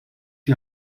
die